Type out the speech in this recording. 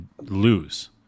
lose